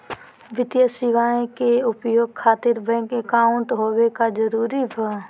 वित्तीय सेवाएं के उपयोग खातिर बैंक अकाउंट होबे का जरूरी बा?